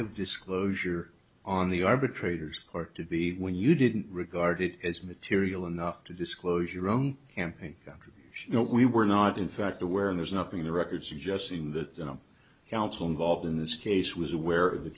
of disclosure on the arbitrator's court to be when you didn't regard it as material enough to disclose your own campaign contribution no we were not in fact aware there's nothing in the record suggesting that the council involved in this case was aware of the